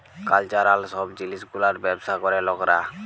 cultural সব জিলিস গুলার ব্যবসা ক্যরে লকরা